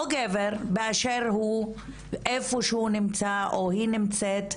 או גבר באשר הוא, איפה שהוא נמצא, או היא נמצאת,